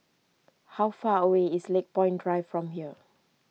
how far away is Lakepoint Drive from here